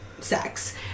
sex